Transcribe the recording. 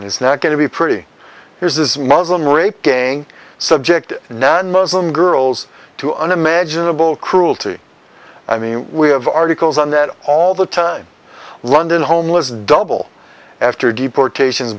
and it's not going to be pretty here is this muslim rape gang subjected now in muslim girls to unimaginable cruelty i mean we have articles on that all the time london homeless double after deportation